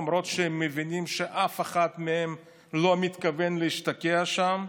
למרות שהן מבינות שאף אחד מהם לא מתכוון להשתקע שם?